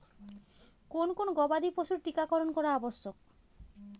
কোন কোন গবাদি পশুর টীকা করন করা আবশ্যক?